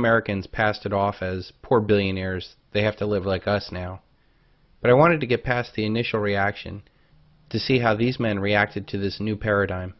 americans passed it off as poor billionaires they have to live like us now but i wanted to get past the initial reaction to see how these men reacted to this new paradigm